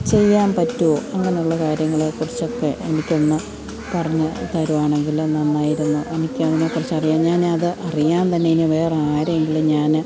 ചെയ്യാൻ പറ്റുമോ അങ്ങനെയുള്ള കാര്യങ്ങളെ കുറിച്ചൊക്കെ എനിക്കൊന്നു പറഞ്ഞു തരുവാണെങ്കിൽ നന്നായിരുന്നു എനിക്ക് അതിനെക്കുറിച്ച് അറിയാൻ ഞാൻ അത് അറിയാൻ തന്നെ ഇനി വേറെ ആരെയെങ്കിലും ഞാൻ